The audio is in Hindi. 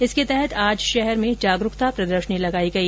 इसके तहत आज शहर में जागरूकता प्रदर्शनी लगाई गई